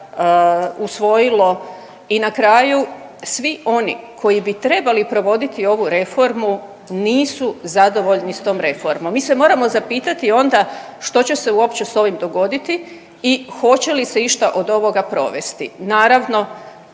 usvojilo i na kraju svi oni koji bi trebali provoditi ovu reformu nisu zadovoljni sa tom reformom. Mi se moramo zapitati onda što će se uopće sa ovim dogoditi i hoće li se išta od ovog provesti. Naravno